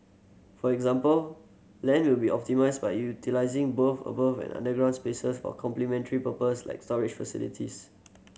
for example land will be optimised by utilising both above and underground spaces for complementary purposes like storage facilities